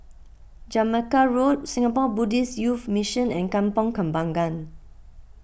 Jamaica Road Singapore Buddhist Youth Mission and Kampong Kembangan